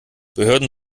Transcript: behörden